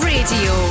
Radio